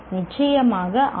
நிச்சயமாக ஆம்